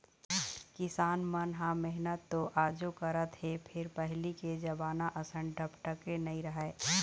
किसान मन ह मेहनत तो आजो करत हे फेर पहिली के जमाना असन डपटके नइ राहय